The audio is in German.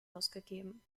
ausgegeben